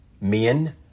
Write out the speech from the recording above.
Men